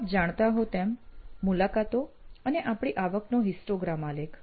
આપ જાણતા હો તેમ મુલાકાતો અને આપણી આવકનો હિસ્ટોગ્રામ આલેખ